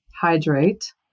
hydrate